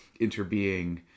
interbeing